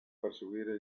perseguire